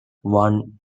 one